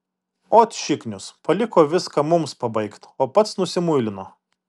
ot šiknius paliko viską mums pabaigt o pats nusimuilino